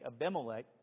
Abimelech